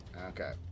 Okay